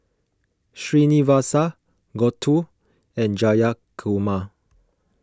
Srinivasa Gouthu and Jayakumar